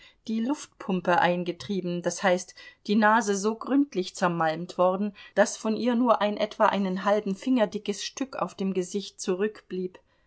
die luftpumpe eingetrieben d h die nase so gründlich zermalmt worden daß von ihr nur ein etwa einen halben finger dickes stück auf dem gesicht zurückblieb